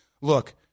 Look